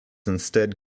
instead